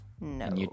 No